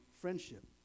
friendship